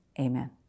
Amen